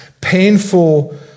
painful